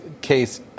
case